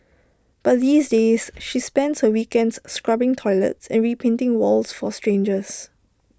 but these days she spends her weekends scrubbing toilets and repainting walls for strangers